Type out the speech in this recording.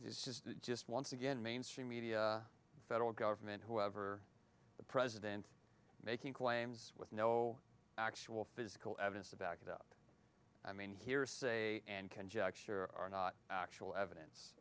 just once again mainstream media federal government whoever the president making claims with no actual physical evidence to back it up i mean hearsay and conjecture are not actual evidence